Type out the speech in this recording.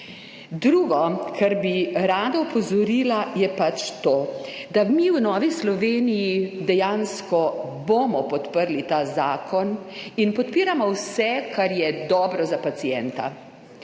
Drugo, kar bi rada opozorila je pač to, da mi v Novi Sloveniji dejansko bomo podprli ta zakon in podpiramo vse, kar je dobro za pacienta.